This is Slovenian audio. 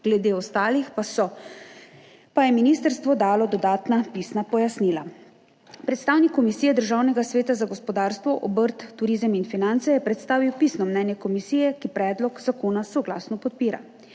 glede ostalih pa je ministrstvo dalo dodatna pisna pojasnila. Predstavnik Komisije Državnega sveta za gospodarstvo, obrt, turizem in finance je predstavil pisno mnenje komisije, ki predlog zakona soglasno podpira.